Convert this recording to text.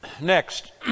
Next